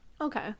Okay